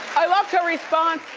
i loved her response.